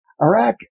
Iraq